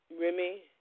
Remy